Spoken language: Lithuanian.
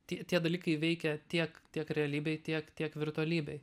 tik tie dalykai veikia tiek tiek realybėj tiek tiek virtualybėj